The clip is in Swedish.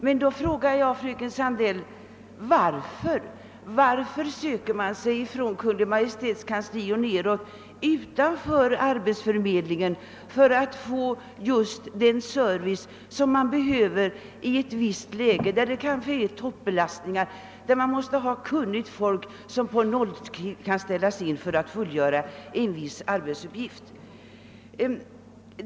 Men då vill jag fråga fröken Sandell: Varför söker sig arbetsgivarna, från Kungl. Maj:ts kansli och nedåt, utanför arbetsförmedlingen för att erhålla den service man behöver i vissa lägen, t.ex. vid toppbelastningar i arbetet, då man måste ha kunnigt folk som på nolltid kan sättas in och fullgöra arbetsuppgifterna?